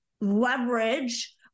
leverage